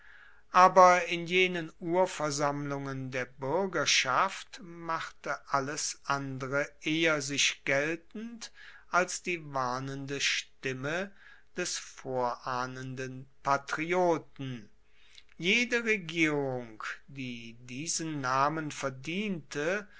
aber in jenen urversammlungen der buergerschaft machte alles andere eher sich geltend als die warnende stimme des vorahnenden patrioten jede regierung die diesen namen